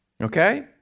Okay